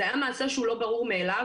זה היה מעשה שהוא לא ברור מאליו,